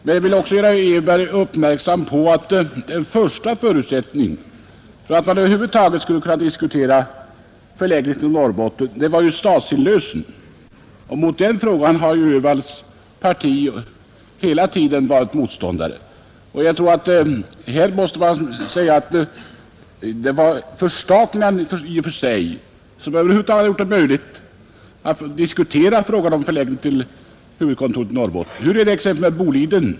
Men jag vill göra herr Öhvall uppmärksam på att en första förutsättning för att man skulle över huvud taget kunna diskutera en förläggning till Norrbotten var statsinlösen. Till en sådan har ju herr Öhvalls parti hela tiden varit motståndare. Jag tror att man här måste säga att det var förstatligandet i och för sig som över huvud taget gjort det möjligt att diskutera frågan om förläggning av huvudkontoret till Norrbotten. Hur är det t.ex. med gruvföretaget Boliden?